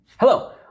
Hello